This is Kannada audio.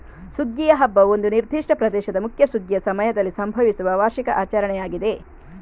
ಸುಗ್ಗಿಯ ಹಬ್ಬವು ಒಂದು ನಿರ್ದಿಷ್ಟ ಪ್ರದೇಶದ ಮುಖ್ಯ ಸುಗ್ಗಿಯ ಸಮಯದಲ್ಲಿ ಸಂಭವಿಸುವ ವಾರ್ಷಿಕ ಆಚರಣೆಯಾಗಿದೆ